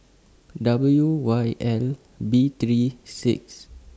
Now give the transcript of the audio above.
W Y L B three six